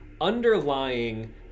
underlying